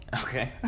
Okay